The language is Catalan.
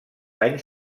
anys